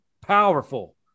powerful